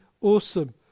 awesome